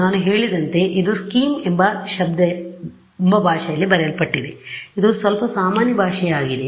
ನಾನು ಹೇಳಿದಂತೆ ಇದು ಸ್ಕೀಮ್ ಎಂಬ ಭಾಷೆಯಲ್ಲಿ ಬರೆಯಲ್ಪಟ್ಟಿದೆ ಇದು ಸ್ವಲ್ಪ ಅಸಾಮಾನ್ಯ ಭಾಷೆಯಾಗಿದೆ